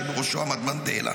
שבראשו עמד מנדלה.